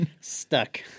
stuck